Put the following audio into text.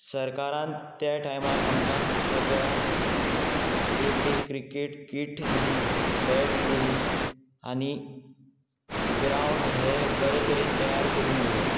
सरकारान त्या टायमार आमकां सगळ्यांक एक एक क्रिकेट किट दिली बॅट्स दिलीं आनी ग्रावंड हे बरे तरेन तयार करून दिले